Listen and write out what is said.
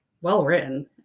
well-written